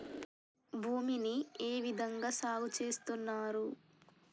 భూమిని ఏ విధంగా సాగు చేస్తున్నారు?